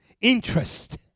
Interest